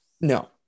No